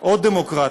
עוד דמוקרט.